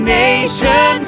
nation